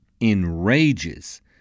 enrages